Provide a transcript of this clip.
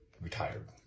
retired